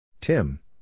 Tim